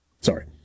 Sorry